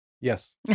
Yes